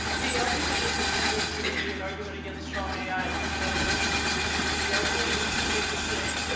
the argument is intended to be an argument against strong ai because the argument is intending to say,